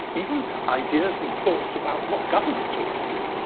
even ideas and thoughts about what governments ought to do.